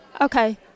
Okay